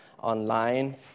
online